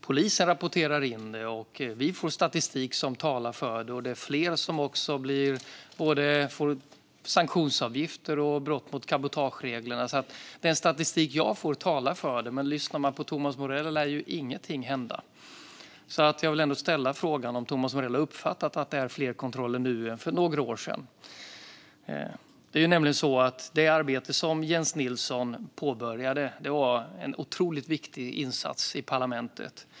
Polisen rapporterar in det, vi får statistik som talar för det och det är fler som får sanktionsavgifter och fler som fälls för brott mot cabotagereglerna. Den statistik som jag får talar alltså för det, men lyssnar man på Thomas Morell lär ingenting hända. Därför vill jag ställa frågan om Thomas Morell har uppfattat att det är fler kontroller nu än för några år sedan. Det arbete som Jens Nilsson påbörjade var en otroligt viktig insats i parlamentet.